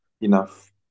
enough